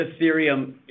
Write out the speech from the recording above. Ethereum